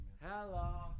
Hello